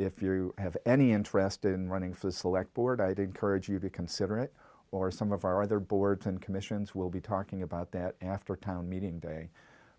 if you have any interest in running for the select board i'd encourage you to consider it or some of our other boards and commissions will be talking about that after town meeting day